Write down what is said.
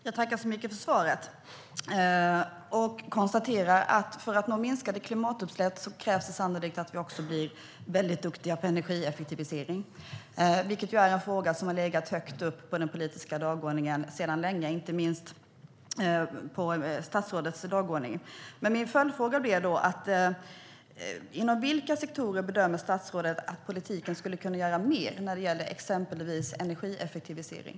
Herr talman! Jag tackar för svaret. För att nå minskade klimatutsläpp krävs det sannolikt att vi i Sverige blir duktiga på energieffektivisering. Det är en fråga som har legat högt på den politiska dagordningen sedan länge, inte minst på statsrådets dagordning. Inom vilka sektorer bedömer statsrådet att politiken kan göra mer när det gäller till exempel energieffektivisering?